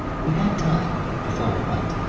we had time, before i went,